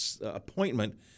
appointment